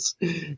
Yes